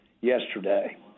yesterday